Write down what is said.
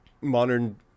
modern